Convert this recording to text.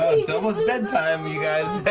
it's almost bedtime, you guys.